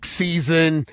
season